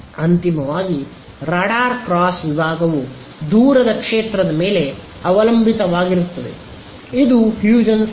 ಅಂತಿಮವಾಗಿ radar cross ವಿಭಾಗವು ದೂರದ ಕ್ಷೇತ್ರದ ಮೇಲೆ ಅವಲಂಬಿತವಾಗಿರುತ್ತದೆ ಇದು ಹ್ಯೂಜೆನ್ಸ್ ತತ್ವ